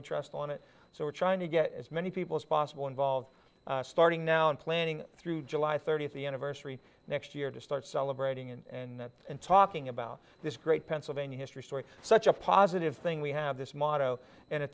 we trust on it so we're trying to get as many people as possible involved starting now and planning through july thirtieth the anniversary next year to start celebrating and and talking about this great pennsylvania history story such a positive thing we have this motto and a